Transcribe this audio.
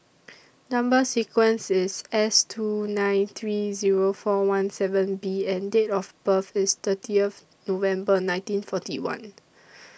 Number sequence IS S two nine three Zero four one seven B and Date of birth IS thirtieth November nineteen forty one